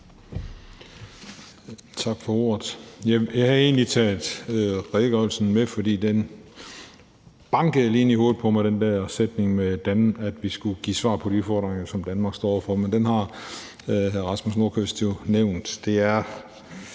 Tak for ordet. Jeg havde egentlig taget redegørelsen med, fordi den der sætning bankede lige ind i hovedet på mig – det der med, hvordan vi skulle give svar på de udfordringer, som Danmark står over for – men den har hr. Rasmus Nordqvist jo nævnt.